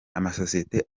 amasosiyete